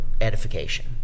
edification